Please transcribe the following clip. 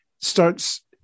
starts